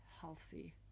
healthy